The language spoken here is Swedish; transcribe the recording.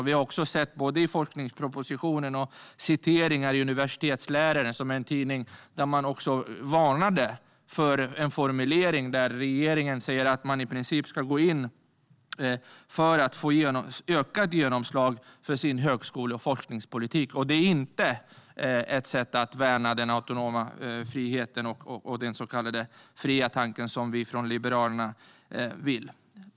Vi har också sett, både i forskningspropositionen och i tidningen Universitetsläraren, att man varnar för en formulering där regeringen säger att man i princip ska gå in för att få ökat genomslag för sin högskole och forskningspolitik. Det är inte ett sätt att värna den autonoma friheten och den så kallade fria tanken, som vi i Liberalerna vill.